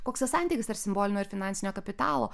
koks tas santykis tarp simbolinio ir finansinio kapitalo